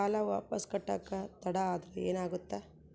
ಸಾಲ ವಾಪಸ್ ಕಟ್ಟಕ ತಡ ಆದ್ರ ಏನಾಗುತ್ತ?